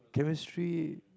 chemistry